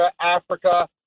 Africa